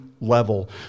level